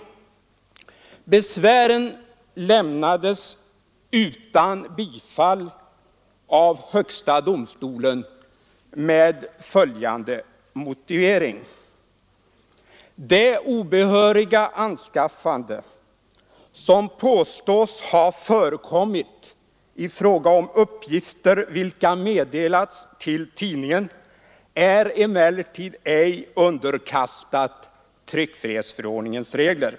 Besvären lämnades utan bifall av högsta domstolen med följande motivering: Det obehöriga anskaffande som påstås ha förekommit i fråga om uppgifter vilka meddelats till tidningen är emellertid ej underkastat tryckfrihetsförordningens regler.